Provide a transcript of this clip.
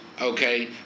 Okay